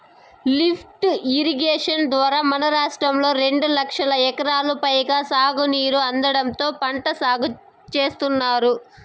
lift irrigation ద్వారా మన రాష్ట్రంలో రెండు లక్షల ఎకరాలకు పైగా సాగునీరు అందడంతో పంట సాగు చేత్తున్నారు